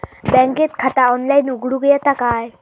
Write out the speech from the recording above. बँकेत खाता ऑनलाइन उघडूक येता काय?